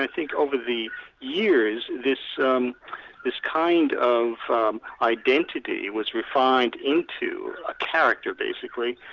and think over the years this um this kind of um identity was refined into a character basically,